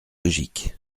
logique